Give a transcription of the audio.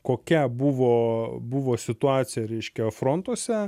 kokia buvo buvo situacija reiškia frontuose